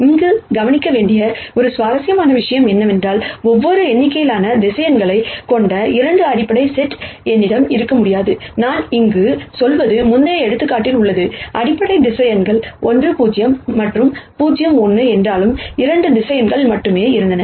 இங்கே கவனிக்க வேண்டிய ஒரு சுவாரஸ்யமான விஷயம் என்னவென்றால் வெவ்வேறு எண்ணிக்கையிலான வெக்டர்ஸ் கொண்ட 2 அடிப்படை செட் என்னிடம் இருக்க முடியாது நான் இங்கு சொல்வது முந்தைய எடுத்துக்காட்டில் உள்ளது அடிப்படை வெக்டர்ஸ் 1 0 மற்றும் 0 1 என்றாலும் 2 வெக்டர்ஸ் மட்டுமே இருந்தன